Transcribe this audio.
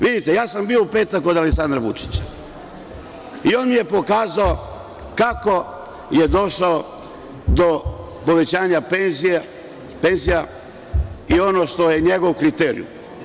Vidite, ja sam bio u petak kod Aleksandra Vučića, i on mi je pokazao kako je došao do povećanja penzija i ono što je njegov kriterijum.